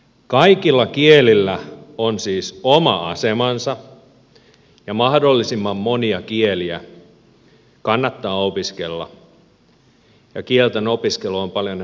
kaikilla kielillä on siis oma asemansa ja mahdollisimman monia kieliä kannattaa opiskella ja kieltenopiskelu on paljon helpompaa lapsena